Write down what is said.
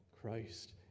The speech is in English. Christ